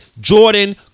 Jordan